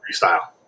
freestyle